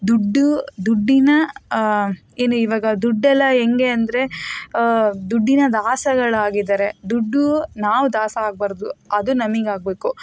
ದುಡ್ಡು ದುಡ್ಡಿನ ಏನು ಇವಾಗ ದುಡ್ಡೆಲ್ಲ ಹೇಗೆ ಅಂದರೆ ದುಡ್ಡಿನ ದಾಸಗಳಾಗಿದ್ದಾರೆ ದುಡ್ಡು ನಾವು ದಾಸ ಆಗ್ಬಾರ್ದು ಅದು ನಮಗಾಗ್ಬೇಕು